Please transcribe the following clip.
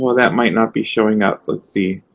that might not be showing up. let's see.